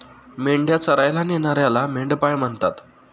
मेंढ्या चरायला नेणाऱ्याला मेंढपाळ म्हणतात